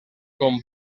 com